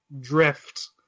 Drift